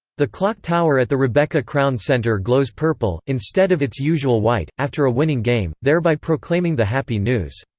the clock tower at the rebecca crown center glows purple, instead of its usual white, after a winning game, thereby proclaiming the happy news.